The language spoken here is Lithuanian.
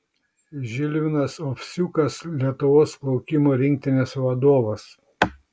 žilvinas ovsiukas lietuvos plaukimo rinktinės vadovas